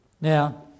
Now